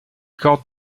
cordes